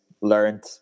learned